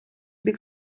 бік